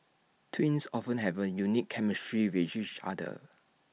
twins often have A unique chemistry with each other